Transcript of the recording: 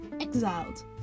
exiled